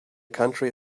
country